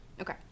Okay